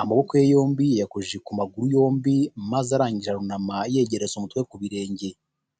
amaboko ye yombi yayakojeje ku maguru yombi maze arangije arunama yegereza umutwe ku birenge.